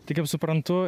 tai kaip suprantu